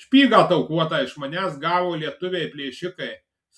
špygą taukuotą iš manęs gavo lietuviai plėšikai